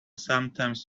sometimes